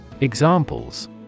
Examples